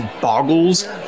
boggles